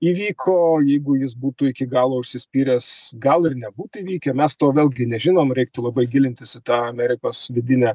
įvyko jeigu jis būtų iki galo užsispyręs gal ir nebūtų įvykę mes to vėlgi nežinom reiktų labai gilintis į tą amerikos vidinę